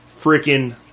freaking